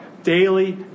Daily